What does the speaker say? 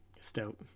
stout